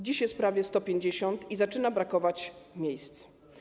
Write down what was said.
Dziś jest ich prawie 150 i zaczyna brakować miejsc.